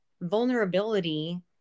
vulnerability